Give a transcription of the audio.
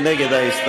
מי נגד ההסתייגות?